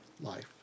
life